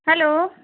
hello